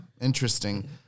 interesting